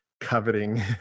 coveting